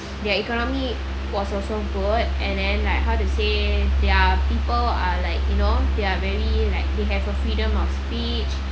their economy was also good and then like how to say their people are like you know they're very like they have a freedom of speech